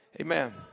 Amen